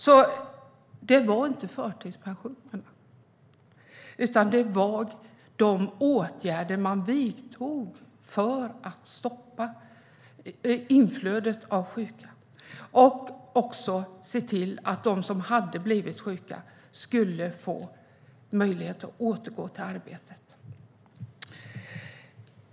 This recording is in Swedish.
Det var alltså inte förtidspensionerna som sänkte sjuktalen, utan det var de åtgärder man vidtog för att stoppa inflödet av sjuka och för att de som hade blivit sjuka skulle få möjlighet att återgå till arbete.